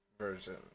version